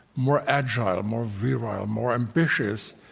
more agile, more virile, more ambitious,